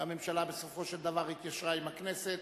והממשלה בסופו של דבר התיישרה עם הכנסת,